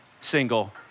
single